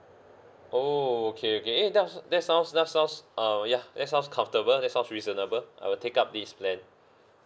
oh okay okay eh that that sounds that sounds um ya that sounds comfortable that sounds reasonable I will take up this plan